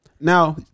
Now